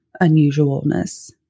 unusualness